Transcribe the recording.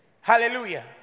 Hallelujah